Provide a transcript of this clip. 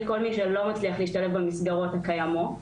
כל מי שלא מצליח להשתלב במסגרות הקיימות.